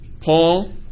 Paul